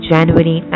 January